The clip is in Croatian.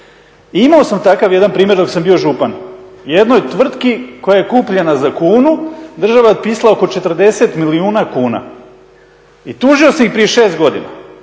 Imao sam takav jedan primjer dok sam bio župan. Jednoj tvrtki koja je kupljena za kunu država je otpisala oko 40 milijuna kuna i tužio sam ih prije 6 godina